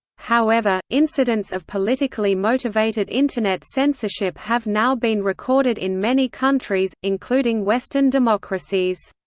however, incidents of politically motivated internet censorship have now been recorded in many countries, including western democracies.